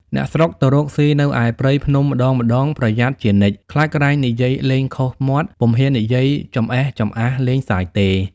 អ្នកស្រុកទៅរកសុីនៅឯព្រៃភ្នំម្ដងៗប្រយ័ត្នជានិច្ច ខ្លាចក្រែងនិយាយលេងខុសមាត់ ពុំហ៊ាននិយាយចម្អេះចំអាសលេងសើចទេ។